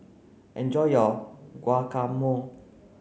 enjoy your Guacamole